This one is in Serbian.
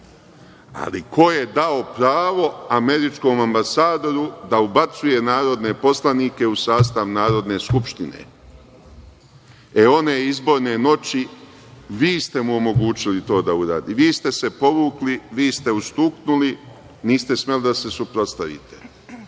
Ali, ko je dao pravo američkom ambasadoru da ubacuje narodne poslanike u sastav Narodne skupštine? E, one izborne noći vi ste mu omogućili to da uradi. Vi ste se povukli, vi ste ustuknuli, niste smeli da se suprotstavite.